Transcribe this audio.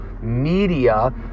media